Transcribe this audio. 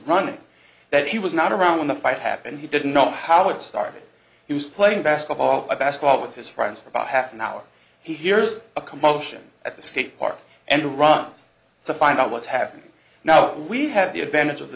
running that he was not around when the fight happened he didn't know how it started he was playing basketball basketball with his friends for about half an hour he hears a commotion at the skate park and runs to find out what's happening now we have the advantage of the